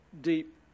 deep